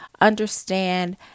Understand